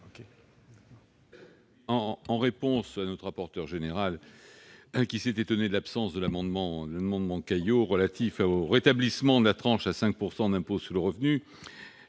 de vote. Que M. le rapporteur général, qui s'est étonné de l'absence de l'amendement Caillaux relatif au rétablissement de la tranche à 5 % pour l'impôt sur le revenu,